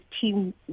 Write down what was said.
team